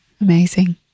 amazing